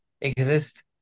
exist